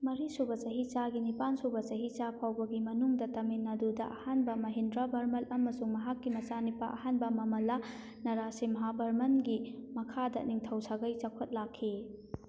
ꯃꯔꯤꯁꯨꯕ ꯆꯍꯤꯆꯥꯒꯤ ꯅꯤꯄꯥꯜꯁꯨꯕ ꯆꯍꯤꯆꯥ ꯐꯥꯎꯕꯒꯤ ꯃꯅꯨꯡꯗ ꯇꯥꯃꯤꯜ ꯅꯥꯗꯨꯗ ꯑꯍꯥꯟꯕ ꯃꯍꯤꯟꯗ꯭ꯔꯥ ꯕꯔꯃꯟ ꯑꯃꯁꯨꯡ ꯃꯍꯥꯛꯀꯤ ꯃꯆꯥꯅꯨꯄꯥ ꯑꯍꯥꯟꯕ ꯃꯃꯜꯂꯥ ꯅꯔꯥꯁꯤꯝꯍꯥꯕꯔꯃꯟꯒꯤ ꯃꯈꯥꯗ ꯅꯤꯡꯊꯧ ꯁꯥꯒꯩ ꯆꯥꯎꯈꯠꯂꯛꯈꯤ